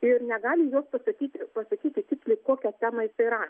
ir negali jos pasakyti pasakyti tiksliai kokią temą jisai rašė